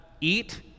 Eat